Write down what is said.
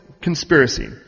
conspiracy